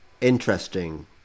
interesting